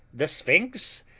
the sphinx,